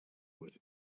with